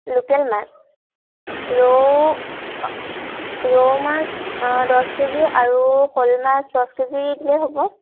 local মাছ ৰৌ ৰৌ মাছ দহ কেজি আৰু শ'ল মাছ দহ কেজি দিলে হ'ব